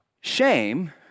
Shame